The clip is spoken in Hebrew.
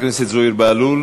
כל זה, בעד?